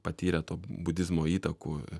patyrė to budizmo įtakų